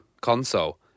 console